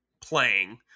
playing